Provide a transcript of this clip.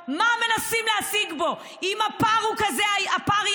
בבקשה, משפט אחרון.